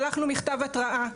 שלחנו מכתב התראה,